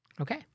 okay